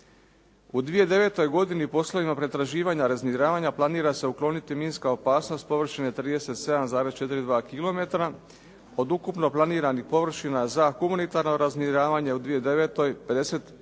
U 2009. godini poslovima pretraživanja i razminiravanja planira se ukloniti minska opasnost površine 37,42 kilometra od ukupno planiranih površina za humanitarno razminiravanje u 2009. 58%